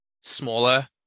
smaller